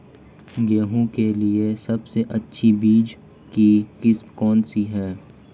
गेहूँ के लिए सबसे अच्छी बीज की किस्म कौनसी है?